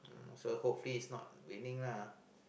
so hopefully it's not raining lah